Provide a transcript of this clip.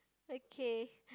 okay